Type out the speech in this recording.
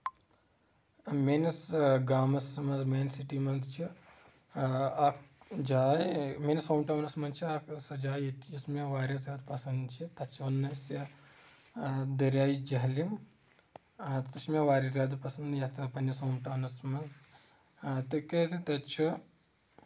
میٲنِس گامَس منٛز میانہِ سٹی منٛز چھِ اکھ جاے میٲنِس ہوم ٹوُنَس منٛز چھےٚ اکھ سۄ جاے یۄس مےٚ واریاہ زیادٕ پسنٛد چھِ تَتھ چھِ وَنان أسۍ دریا جہلم سۄ چھےٚ مےٚ واریاہ زیادٕ پسنٛد یَتھ پَنٕنِس ہوم ٹونَس منٛز تَکیٚازِ تَتہِ چھ